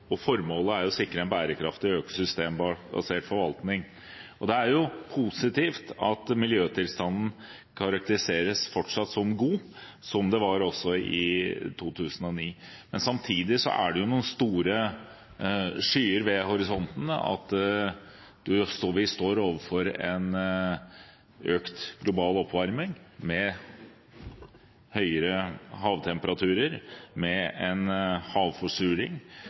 og formålet er å sikre en bærekraftig økosystembasert forvaltning. Det er positivt at miljøtilstanden fortsatt karakteriseres som god, slik den også var i 2009. Men samtidig er det noen store skyer i horisonten ved at vi står overfor en økt global oppvarming med høyere havtemperaturer og med en havforsuring